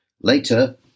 Later